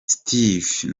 steve